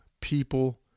people